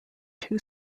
two